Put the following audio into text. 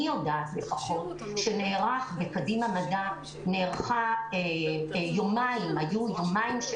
אני לפחות יודעת שבקדימה מדע היו יומיים של